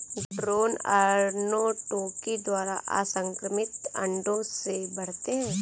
drone अर्नोटोकी द्वारा असंक्रमित अंडों से बढ़ते हैं